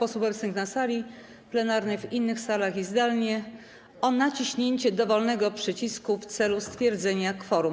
obecnych na sali plenarnej, w innych salach i zdalnie o naciśnięcie dowolnego przycisku w celu stwierdzenia kworum.